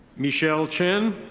michelle chen.